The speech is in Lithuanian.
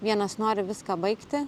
vienas nori viską baigti